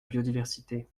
biodiversité